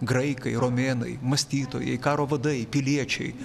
graikai romėnai mąstytojai karo vadai piliečiai